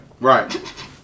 right